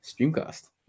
streamcast